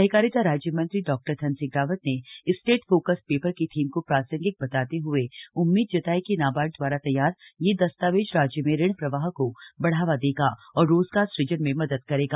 सहकारिता राज्य मंत्री डॉ धन सिंह रावत ने स्टेट फोकस पेपर की थीम को प्रासंगिक बताते हुए उम्मीद जताई कि नाबार्ड द्वारा तैयार यह दस्तावेज राज्य में ऋण प्रवाह को बढ़ावा देगा और रोजगार सूजन में मदद करेगा